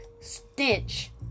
stench